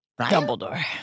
Dumbledore